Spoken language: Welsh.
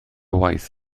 waith